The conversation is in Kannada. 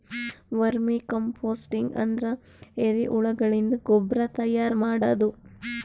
ವರ್ಮಿ ಕಂಪೋಸ್ಟಿಂಗ್ ಅಂದ್ರ ಎರಿಹುಳಗಳಿಂದ ಗೊಬ್ರಾ ತೈಯಾರ್ ಮಾಡದು